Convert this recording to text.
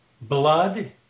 blood